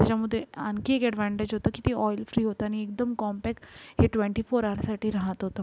त्याच्यामधे आणखी एक अॅडव्हांटेज होतं की ते ऑइल फ्री होतं आणि एकदम कॉम्पॅक हे ट्वेंटी फोर अवरसाठी राहात होतं